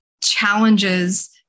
challenges